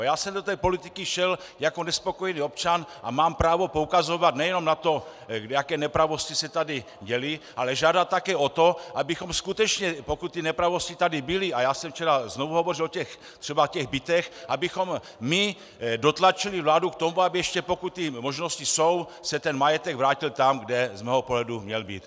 Já jsem do politiky šel jako nespokojený občan a mám právo poukazovat nejenom na to, jaké nepravosti se tady děly, ale žádat také o to, abychom skutečně, pokud ty nepravosti tady byly, a já jsem včera znovu hovořil třeba o těch bytech, abychom my dotlačili vládu k tomu, aby ještě, pokud ty možnosti jsou, se ten majetek vrátil tam, kde z mého pohledu měl být.